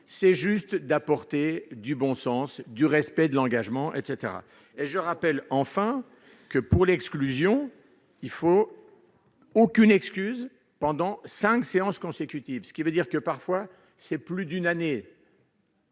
c'est juste d'apporter du bon sens du respect de l'engagement, etc, et je rappelle enfin que, pour l'exclusion il faut aucune excuse pendant 5 séances consécutives, ce qui veut dire que, parfois, c'est plus d'une année.